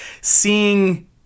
seeing